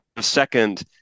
second